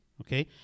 okay